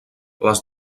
les